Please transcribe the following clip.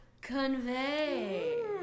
convey